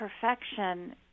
perfection